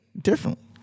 differently